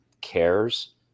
cares